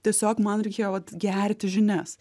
tiesiog man reikėjo vat gerti žinias